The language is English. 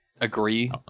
agree